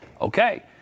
okay